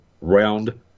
round